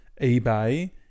eBay